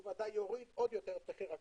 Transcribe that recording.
הוא ודאי יוריד עוד יותר את מחיר הגז.